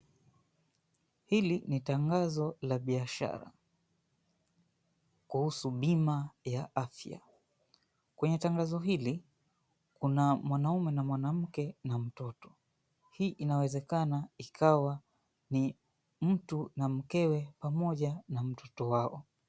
Hili ni tangazo la biashara kuhusu bima ya afya. Kwenye tangazo hili kuna mwanamume na mwanamke na mtoto, hii inawezekana ikawa ni mtu na mkewe pamoja na mtoto wao.